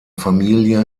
familie